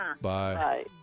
Bye